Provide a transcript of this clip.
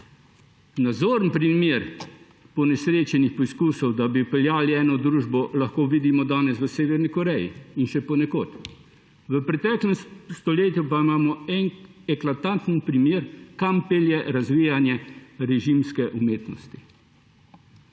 Nazoren primer ponesrečenih poizkusov, da bi vpeljali eno družbo, lahko vidimo danes v Severni Koreji in še ponekod. V preteklem stoletju pa imamo eklatanten primer, kam pelje razvijanje režimske umetnosti.